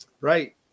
right